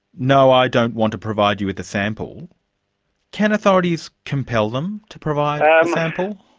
no, i don't want to provide you with a sample can authorities compel them to provide um a sample?